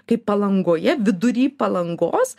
kaip palangoje vidury palangos